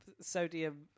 sodium